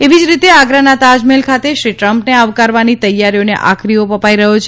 એવી જ રીતે આગ્રાના તાજમહેલ ખાતે શ્રી ટ્રમ્પને આવકારવાની તૈયારીઓને આખરી ઓપ અપાઇ રહ્યો છે